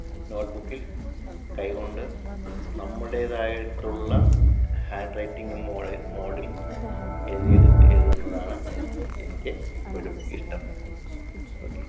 നോട്ട്ബുക്കില് കൈ കൊണ്ട് നമ്മുടേതായിട്ടുള്ള ഹാന്ഡ്റൈറ്റിങ്ങും മോളില് മോഡില് എഴുതിയെടുക്കുക എഴുതുന്നതാണ് എനിക്ക് ഇപ്പോഴും ഇഷ്ടം ഓക്കെ